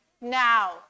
now